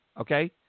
okay